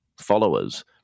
followers